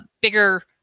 bigger